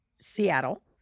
Seattle